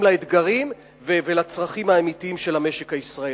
לאתגרים ולצרכים האמיתיים של המשק הישראלי.